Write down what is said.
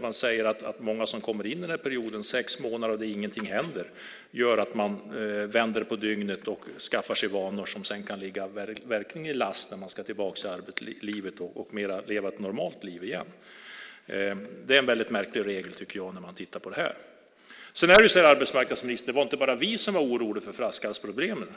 De säger att många kommer in i den här perioden. Det är sex månader, och ingenting händer. Det gör att de vänder på dygnet och skaffar sig vanor som sedan kan ligga dem till last när de ska tillbaka till arbetslivet och leva ett mer normalt liv igen. Det är en väldigt märklig regel tycker jag, när man tittar på det. Sedan var det inte bara vi, arbetsmarknadsministern, som var oroliga för flaskhalsproblemen.